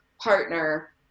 partner